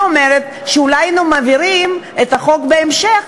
ואני אומרת שאולי היינו מעבירים את החוק בהמשך,